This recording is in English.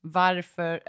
varför